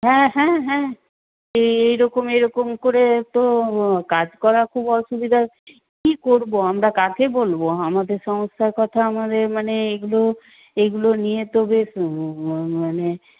হ্যাঁ হ্যাঁ হ্যাঁ এরকম এরকম করে তো কাজ করা খুব অসুবিধা কী করব আমরা কাকে বলব আমাদের সমস্যার কথা আমাদের মানে এগুলো এগুলো নিয়ে তো বেশ মানে